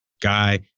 guy